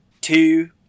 two